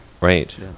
Right